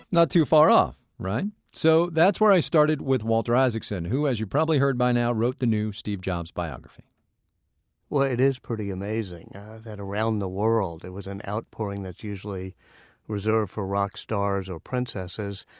not too far off, right? so that's where i started with walter isaacson who as you've probably heard by now wrote the new steve jobs biography well it is pretty amazing that around the world, it was an outpouring that's usually reserved for rock stars or princesses.